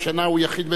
הוא יחיד בדורו.